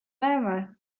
näeme